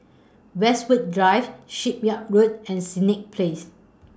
Westwood Drive Shipyard Road and Senett Place